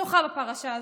שוחה בפרשה הזאת,